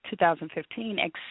2015